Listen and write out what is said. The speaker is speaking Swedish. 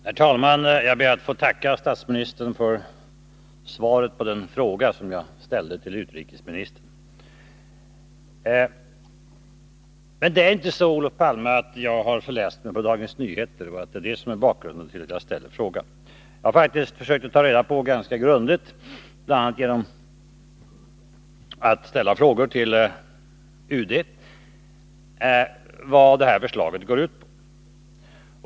Herr talman! Jag ber att få tacka statsministern för svaret på den fråga som jag ställde till utrikesministern. Men det är inte så, Olof Palme, att jag har förläst mig på Dagens Nyheter och att det är detta som är bakgrunden till att jag ställer frågan. Jag har faktiskt försökt att ganska grundligt ta reda på, bl.a. genom att ställa frågor till UD, vad det här förslaget går ut på.